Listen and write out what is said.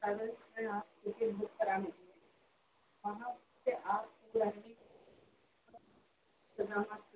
اگر